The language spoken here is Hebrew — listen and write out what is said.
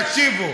תקשיבו.